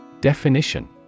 Definition